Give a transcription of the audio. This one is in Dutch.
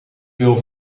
wil